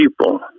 people